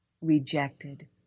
rejected